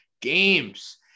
games